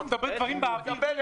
הוא אומר דברים באוויר.